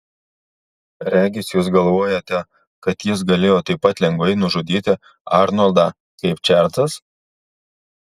regis jūs galvojate kad jis galėjo taip pat lengvai nužudyti arnoldą kaip čarlzas